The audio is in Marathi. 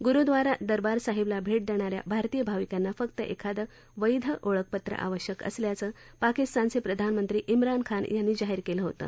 गुरुद्वार दरबार साहिबला भेट देणा या भारतीय भाविकांना फक्त एखादं वैध ओळखपत्र आवश्यक असल्याचं पाकिस्तानचे प्रधानमंत्री इमानखान यांनी जाहीर केलं होतं